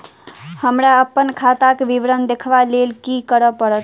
हमरा अप्पन खाताक विवरण देखबा लेल की करऽ पड़त?